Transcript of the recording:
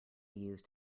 used